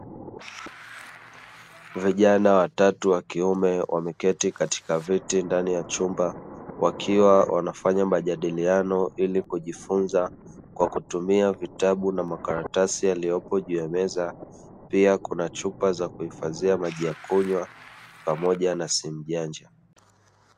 Vijana watatu wa kiume wameketi katika viti ndani ya chumba, wakiwa wanafanya majadiliano ili kujifunza kwa kutumia vitabu na makaratasi yaliyopo juu ya meza; pia kuna chupa za kuhifadhia maji ya kunywa pamoja na simu janja.